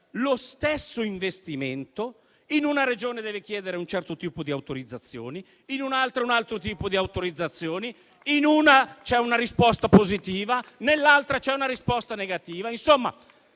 lo stesso investimento, in una Regione deve chiedere un certo tipo di autorizzazioni, in un'altra un altro tipo e mentre in una riceve una risposta positiva, nell'altra ne riceve una negativa.